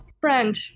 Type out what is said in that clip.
friend